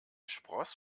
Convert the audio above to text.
spross